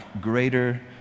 greater